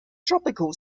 tropical